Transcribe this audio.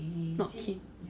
not keen